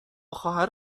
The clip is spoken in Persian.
خواهر